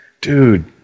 dude